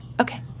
Okay